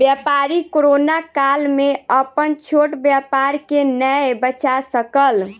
व्यापारी कोरोना काल में अपन छोट व्यापार के नै बचा सकल